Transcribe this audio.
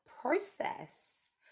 process